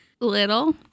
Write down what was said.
Little